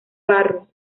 barros